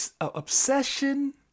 Obsession